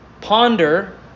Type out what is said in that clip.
ponder